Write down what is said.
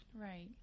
right